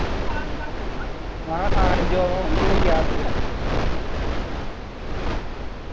हां आन जान बी होई जाह्ग